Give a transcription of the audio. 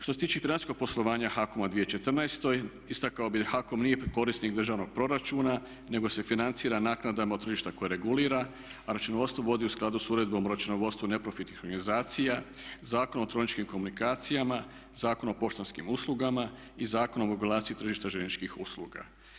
Što se tiče financijskog poslovanja HAKOM-a u 2014. istakao bih da HAKOM nije korisnik državnog proračuna, nego se financira naknadama od tržišta koje regulira, a računovodstvo vodi u skladu sa Uredbom o računovodstvu neprofitnih organizacija, Zakonom o elektroničkim komunikacijama, Zakonom o poštanskim uslugama i Zakonom o regulaciji tržišta željezničkih usluga.